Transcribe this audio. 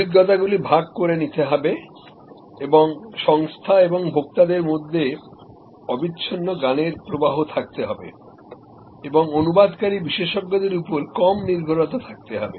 অভিজ্ঞতাগুলি ভাগ করে নিতে হবে এবং সংস্থা এবং ভোক্তাদের মধ্যে অবিচ্ছিন্ন জ্ঞানের প্রবাহ থাকতে হবে এবং অনুবাদকারী বিশেষজ্ঞদের উপর কম নির্ভরতা থাকতে হবে